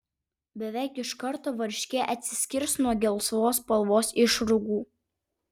beveik iš karto varškė atsiskirs nuo gelsvos spalvos išrūgų